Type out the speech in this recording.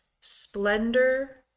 Splendor